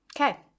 Okay